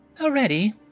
Already